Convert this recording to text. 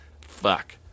Fuck